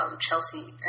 Chelsea